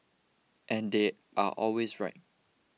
and they are always right